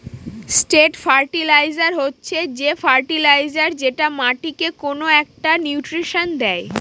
straight fertiliser হচ্ছে যে fertiliser যেটা মাটিকে কোনো একটা নিউট্রিশন দেয়